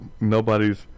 nobody's